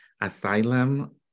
asylum